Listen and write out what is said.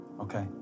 Okay